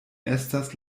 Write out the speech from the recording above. estas